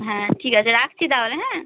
হ্যাঁ ঠিক আছে রাখছি তাহলে হ্যাঁ